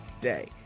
day